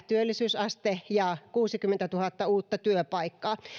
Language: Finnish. työllisyysaste ja kuusikymmentätuhatta uutta työpaikkaa